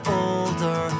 older